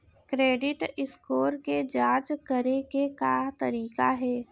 Credit score के जाँच करे के का तरीका हे?